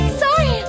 sorry